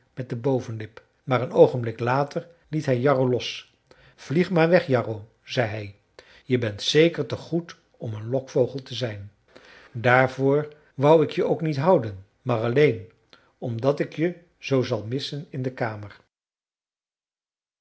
met de bovenlip maar een oogenblik later liet hij jarro los vlieg maar weg jarro zei hij je bent zeker te goed om een lokvogel te zijn daarvoor wou ik je ook niet houden maar alleen omdat ik je zoo zal missen in de kamer